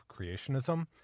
creationism